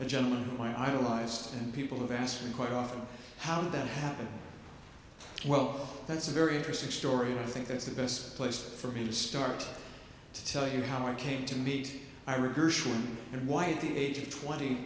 a gentleman when i lived and people have asked me quite often how did that happen well that's a very interesting story i think that's the best place for me to start to tell you how i came to meet ira gershwin and why the age of twenty